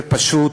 זה פשוט: